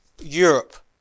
Europe